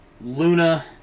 Luna